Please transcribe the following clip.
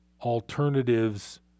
alternatives